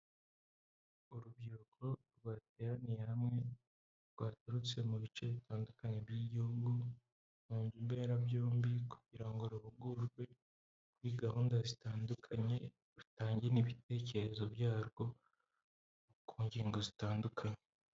urubyiruko rwateraniye hamwe rwaturutse mu bice bitandukanye by'ibihugu, mu Mberabyombi kugira ngo ruhugurwe kuri gahunda zitandukanye, rutange n'ibitekerezo byarwo ku ngingo zitandukanye.